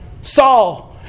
Saul